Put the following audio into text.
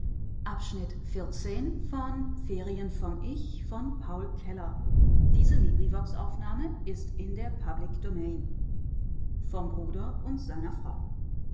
sie ist ein weib vom bruder und seiner frau